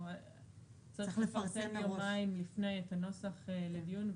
צריך לפרסם יומיים לפני את הנוסח לדיון.